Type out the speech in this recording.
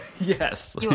Yes